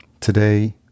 Today